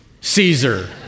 Caesar